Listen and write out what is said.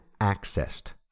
accessed